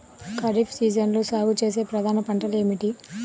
ఖరీఫ్ సీజన్లో సాగుచేసే ప్రధాన పంటలు ఏమిటీ?